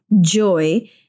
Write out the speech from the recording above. joy